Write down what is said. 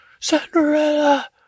Cinderella